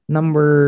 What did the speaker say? Number